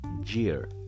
jeer